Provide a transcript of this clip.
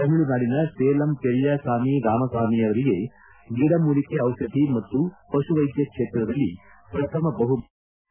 ತಮಿಳುನಾಡಿನ ಸೇಲಂನ ಪೆರಿಯಾಸಾಮಿ ರಾಮಸಾಮಿ ಅವರಿಗೆ ಗಿಡಮೂಲಿಕೆ ಟಿಷಧಿ ಮತ್ತು ಪಶುವೈದ್ದ ಕ್ಷೇತ್ರದಲ್ಲಿ ಪ್ರಥಮ ಬಹುಮಾನ ನೀಡಲಾಯಿತು